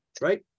Right